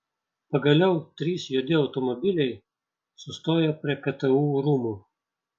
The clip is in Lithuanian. pagaliau trys juodi automobiliai sustojo prie ktu rūmų